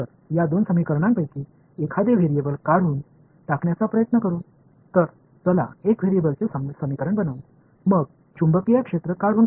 எனவே இந்த இரண்டு சமன்பாடுகளிலிருந்தும் மாறிகளில் ஒன்றை அகற்ற முயற்சிப்போம் எனவே ஒரு மாறியின் சமன்பாட்டை உருவாக்குவோம் காந்தப்புலத்தை அகற்றுவோம்